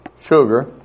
sugar